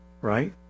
right